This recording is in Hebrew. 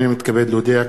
הנני מתכבד להודיע,